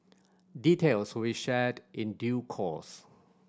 details we shared in due course